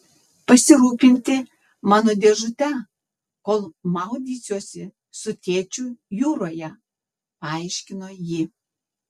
pasirūpinti mano dėžute kol maudysiuosi su tėčiu jūroje paaiškino ji